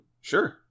sure